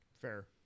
Fair